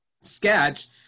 sketch